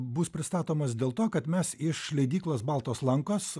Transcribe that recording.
bus pristatomas dėl to kad mes iš leidyklos baltos lankos